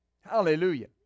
Hallelujah